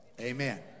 amen